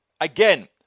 Again